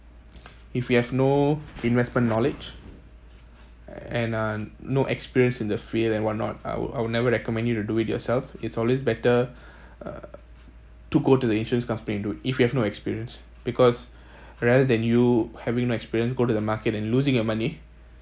if you have no investment knowledge and uh no experience in the field and what not I would I would never recommend you to do it yourself it's always better uh to go to the insurance company to do if you have no experience because rather than you having no experience go to the market and losing your money